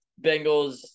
Bengals